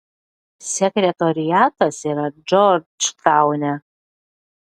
sekretoriatas yra džordžtaune